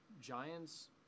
Giants